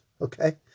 okay